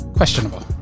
questionable